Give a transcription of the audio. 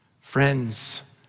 Friends